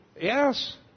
Yes